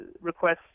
requests